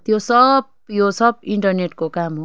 त्यो सब यो सब इन्टरनेटको काम हो